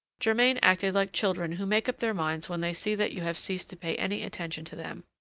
germain acted like children who make up their minds when they see that you have ceased to pay any attention to them.